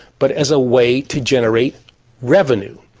but as a way to generate revenue.